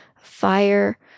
fire